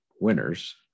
winners